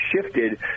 shifted